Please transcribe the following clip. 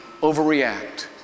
overreact